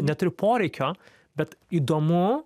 neturiu poreikio bet įdomu